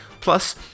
Plus